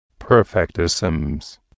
Perfectisms